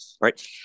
right